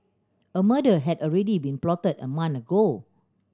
a murder had already been plotted a month ago